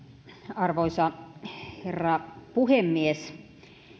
arvoisa herra puhemies